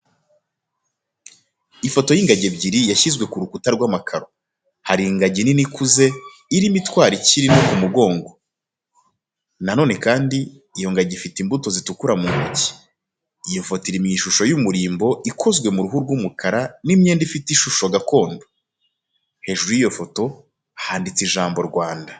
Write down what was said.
Ifoto y'ingagi ebyiri yashyizwe ku rukuta rw'amakaro. Hari ingagi nini ikuze irimo itwara ikiri nto ku mugongo. Na none kandi, iyo ngagi ifite imbuto zitukura mu ntoki. Iyo foto iri mu ishusho y'umurimbo ikozwe mu ruhu rw'umukara n'imyenda ifite ishusho gakondo. Hejuru y'iyo foto handitseho ijambo "Rwanda".